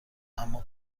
اما